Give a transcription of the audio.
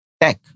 tech